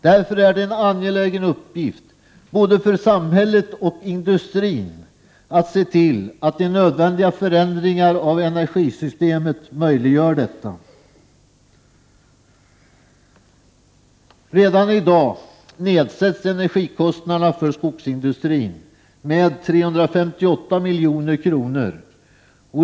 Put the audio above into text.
Därför är det en angelägen uppgift både för samhället och industrin att se till att de nödvändiga förändringarna av energisystemet möjliggör detta. Redan i dag nedsätts energikostnaderna för skogsindustrin med 358 milj.kr.